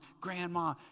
grandma